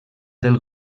del